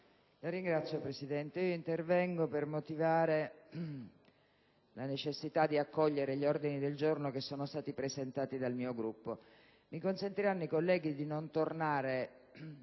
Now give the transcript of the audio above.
Signor Presidente, intervengo per motivare la necessità di accogliere gli ordini del giorno che sono stati presentati dal mio Gruppo. Mi consentiranno i colleghi di non tornare